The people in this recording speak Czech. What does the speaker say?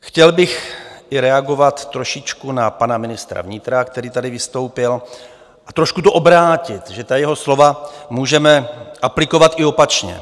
Chtěl bych i reagovat trošičku na pana ministra vnitra, který tady vystoupil, a trošku to obrátit, že ta jeho slova můžeme aplikovat i opačně.